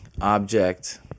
object